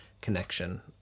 connection